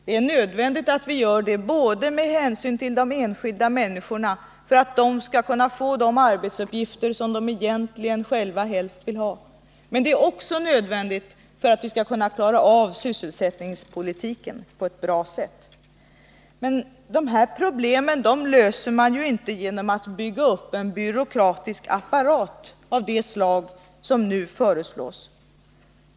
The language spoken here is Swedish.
Det är nödvändigt att vi gör det både med hänsyn till de enskilda människorna för att den diskriminering som förekommer av kvinnor ute i arbetsli att de skall kunna få de arbetsuppgifter som de själva egentligen helst vill ha, men det är också nödvändigt för att vi skall kunna klara av sysselsättningspolitiken på ett bra sätt. Men dessa problem löser man inte genom att bygga upp en byråkratisk apparat av det slag som nu föreslås.